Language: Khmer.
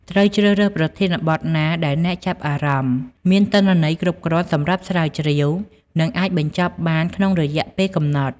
ត្រូវជ្រើសរើសប្រធានបទណាដែលអ្នកចាប់អារម្មណ៍ មានទិន្នន័យគ្រប់គ្រាន់សម្រាប់ស្រាវជ្រាវ និងអាចបញ្ចប់បានក្នុងរយៈពេលកំណត់។